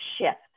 shift